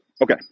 Okay